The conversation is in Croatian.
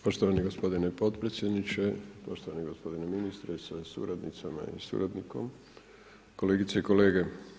Poštovani gospodine potpredsjedniče, poštovani gospodine ministre sa suradnicama i suradnikom, kolegice i kolege.